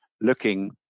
looking